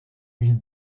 mille